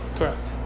correct